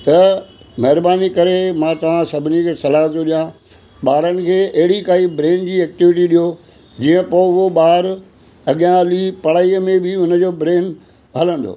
त महिरबानी करे मां तव्हां सभिनी खे सलाह थो ॾिंयां ॿारनि खे अहिड़ी काई एक्टिविटी ॾियो जीअं पोइ उहो ॿारु अॻियां हली पढ़ाईअ में हुनजो ब्रेन हलंदो